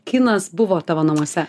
kinas buvo tavo namuose